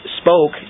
spoke